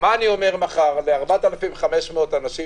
מה אני אומר מחר ל-4,500 אנשים